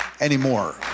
anymore